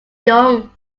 young